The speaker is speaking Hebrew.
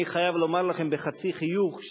אני חייב לומר לכם בחצי חיוך,